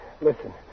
Listen